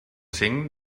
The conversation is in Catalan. cinc